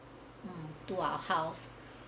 mm to our house